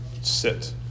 sit